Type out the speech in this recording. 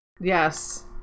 yes